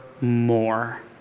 more